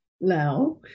now